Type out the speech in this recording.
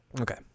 Okay